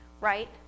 right